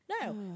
No